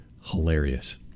hilarious